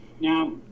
Now